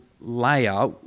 layer